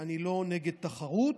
אני לא נגד תחרות,